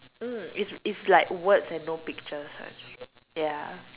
mm it's it's like words and no pictures ya